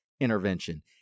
intervention